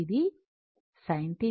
ఇది sin θ